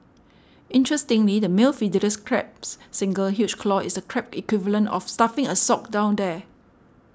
interestingly the male Fiddlers Crab's single huge claw is a crab equivalent of stuffing a sock down there